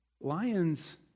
Lions